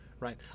Right